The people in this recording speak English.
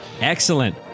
Excellent